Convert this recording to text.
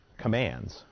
commands